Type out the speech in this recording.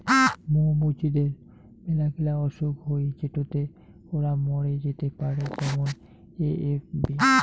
মৌ মুচিদের মেলাগিলা অসুখ হই যেটোতে ওরা মরে যেতে পারে যেমন এ.এফ.বি